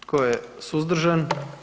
Tko je suzdržan?